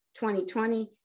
2020